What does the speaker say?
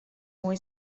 muy